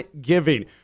giving